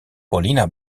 paulina